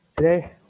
Today